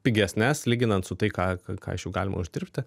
pigesnes lyginant su tai ką ką iš jų galima uždirbti